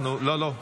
לא לא.